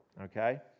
Okay